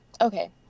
okay